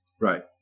Right